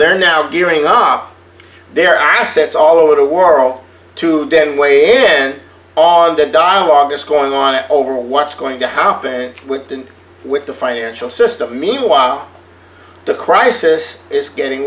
they're now gearing up their assets all over the world to den weigh in on the dialogue is going on it over what's going to how we didn't with the financial system meanwhile the crisis is getting